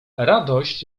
radość